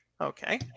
Okay